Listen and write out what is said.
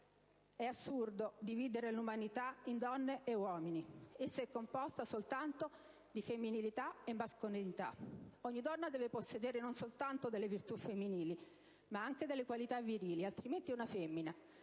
«È assurdo dividere l'umanità in donne e uomini; essa è composta soltanto di femminilità e di mascolinità (...). Ogni donna deve possedere non soltanto delle virtù femminili, ma delle qualità virili; altrimenti è una femmina.